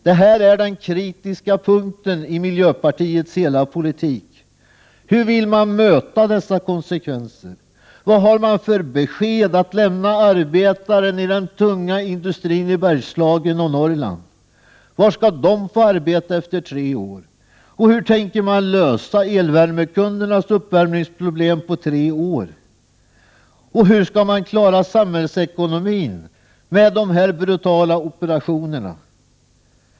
Detta är den kritiska punkten i miljöpartiets hela politik. Hur vill man möta dessa konsekvenser? Vad har man för besked att lämna arbetarna i den tunga industrin i Bergslagen och i Norrland? Var skall de få arbete efter tre år? Hur tänker man lösa elvärmekundernas uppvärmningsproblem på tre år? Hur skall man klara samhällsekonomin med dessa brutala operationer?